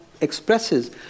expresses